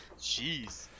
Jeez